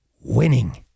Winning